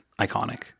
iconic